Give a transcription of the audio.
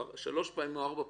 שלוש פעמים או ארבע פעמים,